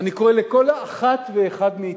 ואני קורא לכל אחד ואחת מאתנו,